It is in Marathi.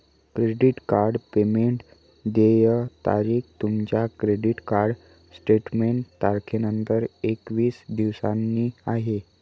क्रेडिट कार्ड पेमेंट देय तारीख तुमच्या क्रेडिट कार्ड स्टेटमेंट तारखेनंतर एकवीस दिवसांनी आहे